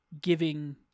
giving